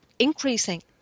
increasing